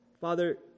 Father